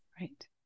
Right